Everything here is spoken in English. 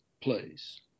place